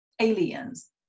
aliens